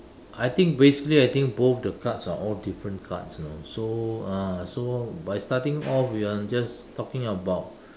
I think basically I think both the cards are all different cards you know so ah so by starting off with I'm just talking about